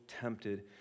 tempted